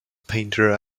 painter